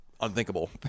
unthinkable